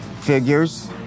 Figures